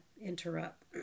interrupt